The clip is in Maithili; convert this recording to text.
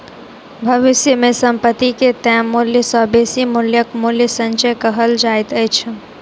भविष्य मे संपत्ति के तय मूल्य सॅ बेसी मूल्यक मूल्य संचय कहल जाइत अछि